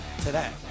today